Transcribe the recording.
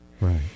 Right